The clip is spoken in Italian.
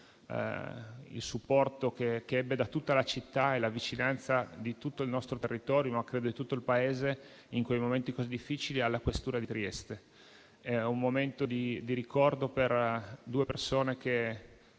il supporto che ebbe da tutta la città e la vicinanza di tutto il nostro territorio, ma credo di tutto il Paese in quei momenti così difficili alla questura di Trieste. È un momento di ricordo per due persone che